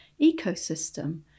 ecosystem